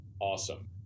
awesome